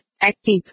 Active